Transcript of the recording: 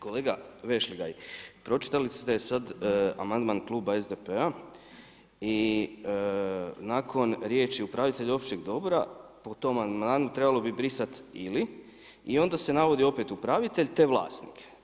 Kolega VEšligaj, pročitali ste sada amandman kluba SDP-a i nakon riječi upravitelj općeg dobra po tom amandmanu trebalo bi brisati ili i onda se navodi opet upravitelj te vlasnik.